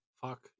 Fuck